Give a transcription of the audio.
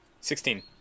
Sixteen